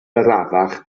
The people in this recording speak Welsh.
arafach